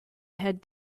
had